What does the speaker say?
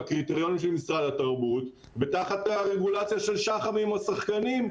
הקריטריונים של משרד התרבות ותחת הרגולציה של שח"ם עם השחקנים.